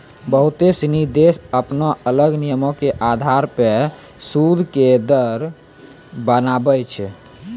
बहुते सिनी देश अपनो अलग नियमो के अधार पे सूद के दर बनाबै छै